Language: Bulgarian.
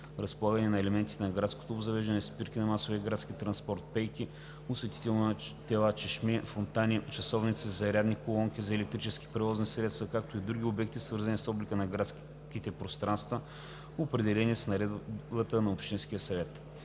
разполагане на елементите на градското обзавеждане – спирки на масовия градски транспорт, пейки, осветителни тела, чешми, фонтани, часовници, зарядни колонки за електрически превозни средства, както и други обекти, свързани с облика на градските пространства, определени с наредбата на общинския съвет.